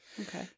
Okay